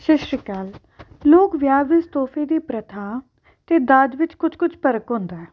ਸਤਿ ਸ਼੍ਰੀ ਅਕਾਲ ਲੋਕ ਵਿਆਹ ਵਿੱਚ ਤੋਹਫ਼ੇ ਦੀ ਪ੍ਰਥਾ ਅਤੇ ਦਾਜ ਵਿੱਚ ਕੁਝ ਕੁਝ ਫ਼ਰਕ ਹੁੰਦਾ ਹੈ